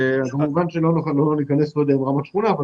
כמובן שלא ניכנס פה לרמת שכונה אבל